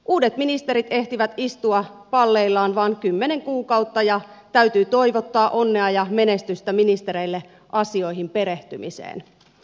uudet ministerit ehtivät istua palleillaan vain kymmenen kuukautta ja täytyy toivottaa onnea ja menestystä ministereille asioihin perehtymiseen